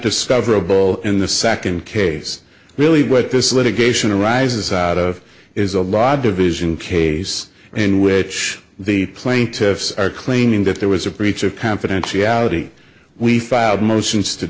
discoverable in the second case really what this litigation arises out of is a law division case in which the plaintiffs are claiming that there was a breach of confidentiality we filed motions to